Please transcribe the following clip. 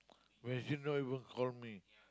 when Jim know he will call me